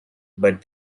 but